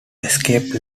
escape